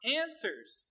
answers